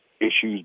issues